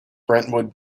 brentwood